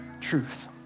truth